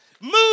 Move